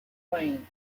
plane